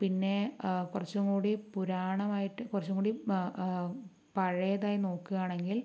പിന്നെ കുറച്ചും കൂടി പുരാണമായിട്ട് കുറച്ചും കൂടി പഴയതായി നോക്കുകയാണെങ്കിൽ